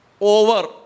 over